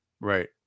Right